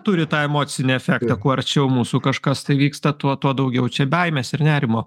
turi tą emocinį efektą kuo arčiau mūsų kažkas vyksta tuo tuo daugiau čia baimės ir nerimo